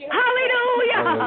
hallelujah